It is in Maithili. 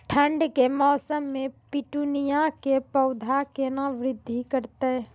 ठंड के मौसम मे पिटूनिया के पौधा केना बृद्धि करतै?